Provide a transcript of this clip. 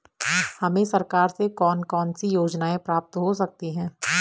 हमें सरकार से कौन कौनसी योजनाएँ प्राप्त हो सकती हैं?